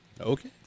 Okay